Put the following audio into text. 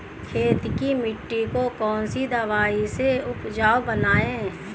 खेत की मिटी को कौन सी दवाई से उपजाऊ बनायें?